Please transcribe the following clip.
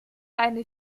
eine